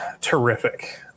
terrific